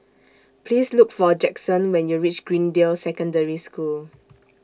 Please Look For Jaxson when YOU REACH Greendale Secondary School